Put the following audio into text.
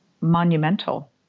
monumental